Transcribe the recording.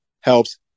helps